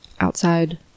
outside